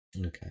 Okay